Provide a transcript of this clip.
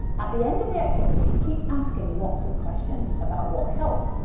at the end of the activity keep asking lots of questions about what helped,